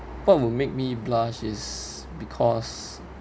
what would make me blush is because